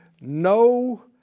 No